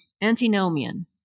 antinomian